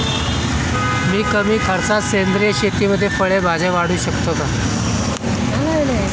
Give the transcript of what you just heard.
मी कमी खर्चात सेंद्रिय शेतीमध्ये फळे भाज्या वाढवू शकतो का?